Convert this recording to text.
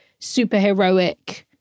superheroic